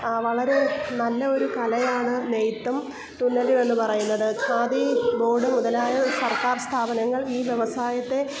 വളരെ നല്ല ഒരു കലയാണ് നെയ്ത്തും തുന്നലും എന്ന് പറയുന്നത് ഖാദീ ബോഡ് മുതലായ സർക്കാർ സ്ഥാപനങ്ങൾ ഈ വ്യവസായത്തെ